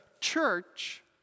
church